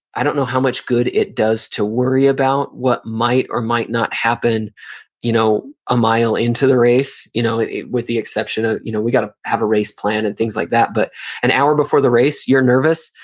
i don't know how much good it does to worry about what might or might not happen you know a mile into the race, you know with the exception of ah you know we've got to have a race plan and things like that. but an hour before the race, you're nervous,